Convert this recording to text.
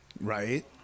Right